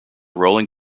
rolling